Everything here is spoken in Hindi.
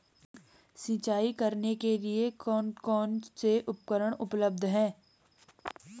सिंचाई करने के लिए कौन कौन से उपकरण उपलब्ध हैं?